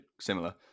similar